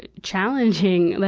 ah challenging, like